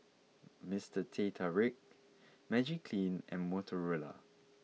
Mr Teh Tarik Magiclean and Motorola